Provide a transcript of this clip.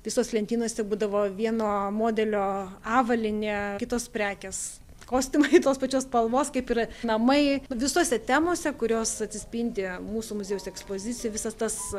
visos lentynose būdavo vieno modelio avalynė kitos prekės kostiumai tos pačios spalvos kaip yra namai visose temose kurios atsispindi mūsų muziejaus ekspozicija visas tas